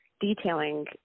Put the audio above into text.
detailing